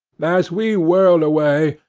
as we whirled away,